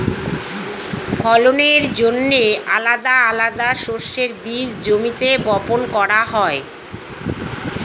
ফলনের জন্যে আলাদা আলাদা শস্যের বীজ জমিতে বপন করা হয়